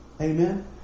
Amen